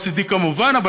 כמובן ב-OECD,